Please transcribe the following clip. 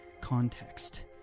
Context